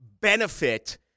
benefit